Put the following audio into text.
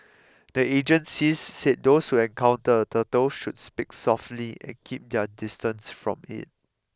the agencies said those who encounter a turtle should speak softly and keep their distance from it